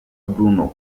bruno